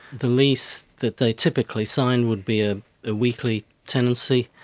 the lease that they typically signed would be a ah weekly tenancy,